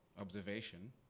observation